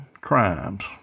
crimes